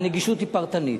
הנגישות היא פרטנית.